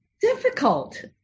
difficult